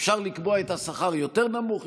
אפשר לקבוע את השכר יותר נמוך,